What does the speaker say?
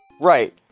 right